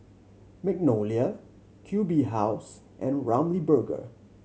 Magnolia Q B House and Ramly Burger